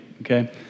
okay